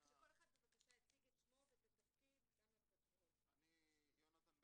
אני יונתן בייסקי,